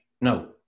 no